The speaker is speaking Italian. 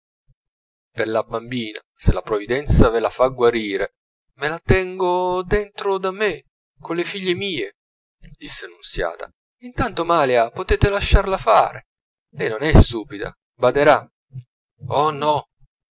per la bambina se la provvidenza ve la fa guarire me la tengo dentro da me colle figlie mie disse nunziata intanto malia potete lasciarla fare lei non è stupida baderà oh